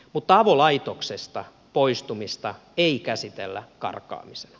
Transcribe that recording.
mutta avolaitoksesta poistumista ei käsitellä karkaamisena